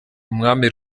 umwami